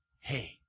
Hey